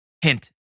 Hint